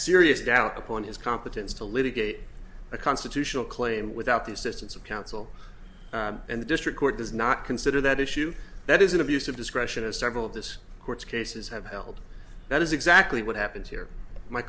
serious doubt upon his competence to litigate a constitutional claim without the assistance of counsel and the district court does not consider that issue that is an abuse of discretion as several of this court's cases have held that is exactly what happened here my